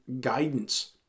guidance